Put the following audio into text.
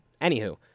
Anywho